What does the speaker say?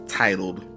titled